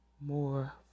more